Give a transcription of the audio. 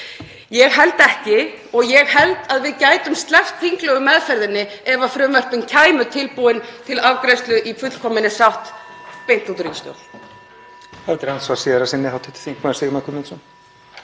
Ég held ekki. Ég held að við gætum sleppt þinglegu meðferðinni ef frumvörpin kæmu tilbúin til afgreiðslu í fullkominni sátt beint út úr